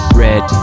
red